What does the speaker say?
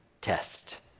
test